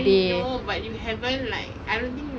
I know but you haven't like you haven't like